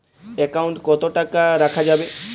Account কত টাকা রাখা যাবে?